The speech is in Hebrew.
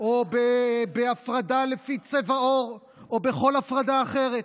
או בהפרדה לפי צבע עור או בכל הפרדה אחרת?